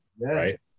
right